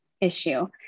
issue